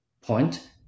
point